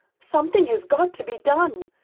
something has got to be done.